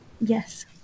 Yes